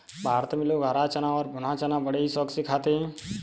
भारत में लोग हरा चना और भुना चना बड़े ही शौक से खाते हैं